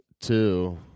two